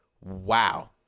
wow